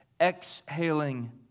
exhaling